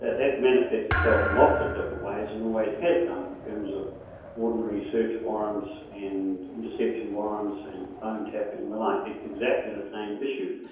that manifests itself in lots of different ways and always has done, in terms of ordinary search warrants, and interception warrants, and phone-tapping and the like. it's exactly the same issue.